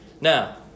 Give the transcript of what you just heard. now